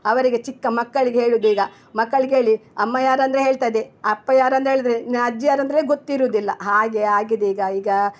ಅವರಿಗೆ ಚಿಕ್ಕ ಮಕ್ಕಳಿಗೆ ಹೇಳೋದೀಗ ಮಕ್ಕಳಿಗೆ ಕೇಳಿ ಅಮ್ಮ ಯಾರೆಂದ್ರೆ ಹೇಳ್ತದೆ ಅಪ್ಪ ಯಾರಂತ ಹೇಳಿದರೆ ನಿನ್ನ ಅಜ್ಜಿ ಯಾರೆಂದರೆ ಗೊತ್ತಿರುವುದಿಲ್ಲ ಹಾಗೆ ಆಗಿದೆ ಈಗ ಈಗ